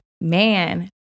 Man